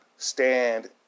stand